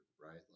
right